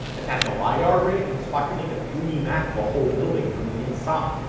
attach a lidar rig, and spot can make a three d map of a whole building from the inside.